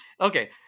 okay